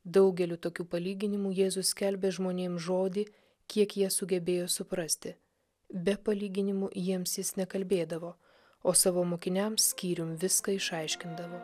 daugeliu tokių palyginimų jėzus skelbė žmonėms žodį kiek jie sugebėjo suprasti be palyginimų jiems jis nekalbėdavo o savo mokiniams skyrium viską išaiškindavo